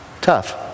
tough